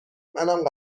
منم